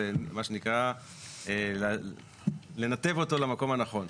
מה שנקרא לנתב אותו למקום הנכון.